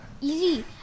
Easy